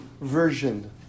version